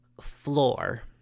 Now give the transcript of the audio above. floor